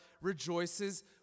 rejoices